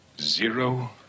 Zero